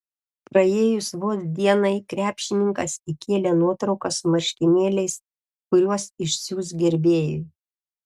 praėjus vos dienai krepšininkas įkėlė nuotrauką su marškinėliais kuriuos išsiųs gerbėjui